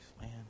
man